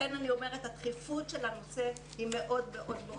לכן אני אומרת, הדחיפות של הנושא היא קריטית.